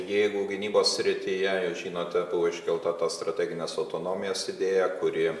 jeigu gynybos srityje jūs žinote buvo iškelta tos strateginės autonomijos idėja kuri